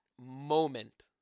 moment